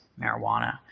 marijuana